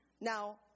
Now